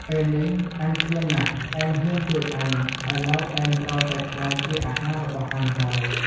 ពេលនេះ អញឃ្លានណាស់ ឯងហ៊ានជួយអញ ឥឡូវឯងត្រូវតែក្លាយជាអាហាររបស់អញហើយ។